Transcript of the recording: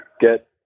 get